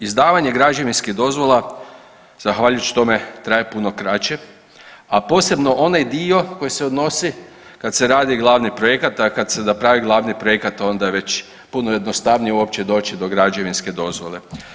Izdavanje građevinskih dozvola zahvaljujući tome traje puno kraće, a posebno onaj dio kad se radi glavni projekat, a kad se napravi glavni projekat onda je već puno jednostavnije uopće doći do građevinske dozvole.